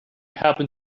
happen